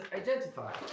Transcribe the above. identify